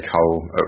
hole